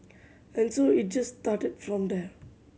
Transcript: and so it just started from there